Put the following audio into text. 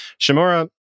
Shimura